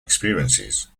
experiences